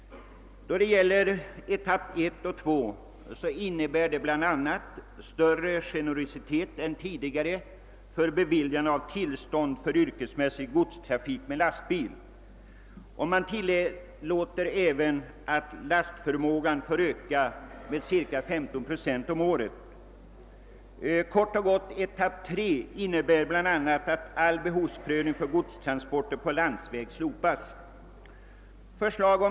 Etapp 1 och 2 har bl.a. inneburit större generositet än tidigare när det gäller beviljande av tillstånd för yrkesmässig godstrafik med lastbil. Man tilllåter även att lastförmågan ökar med 15 procent om året. Etapp 3 innebär kort och gott bl.a. att all behovsprövning för godstransporter på landsväg slopas.